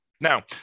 Now